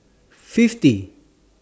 fiftieth